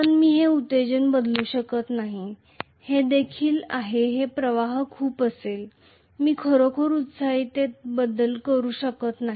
पण मी हे एक्साइटेशन बदलू शकत नाही हे दिले आहे की प्रवाह खूप असेल मी खरोखर एक्साइटेशन मध्ये बदल करू शकत नाही